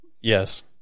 Yes